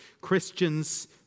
Christians